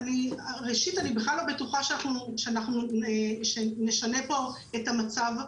ראשית, אני בכלל לא בטוחה שנשנה פה את המצב.